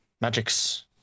magics